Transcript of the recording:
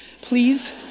Please